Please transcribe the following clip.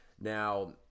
Now